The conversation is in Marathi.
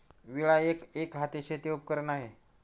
विळा एक, एकहाती शेती उपकरण आहे